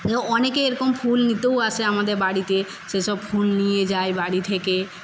অনেকে এরকম ফুল নিতেও আসে আমাদের বাড়িতে সেসব ফুল নিয়ে যায় বাড়ি থেকে